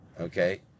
Okay